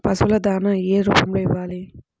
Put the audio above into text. పశువుల దాణా ఏ రూపంలో ఇవ్వాలి?